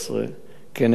נגד נשים,